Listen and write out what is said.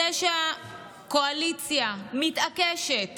זה שהקואליציה מתעקשת